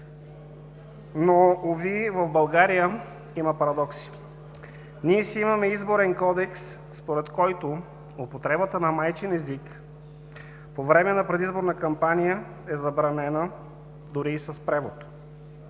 Но, уви, в България има парадокси! Ние си имаме Изборен кодекс, според който употребата на майчин език по време на предизборна кампания е забранена, дори и с превод.